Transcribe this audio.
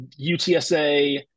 utsa